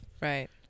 Right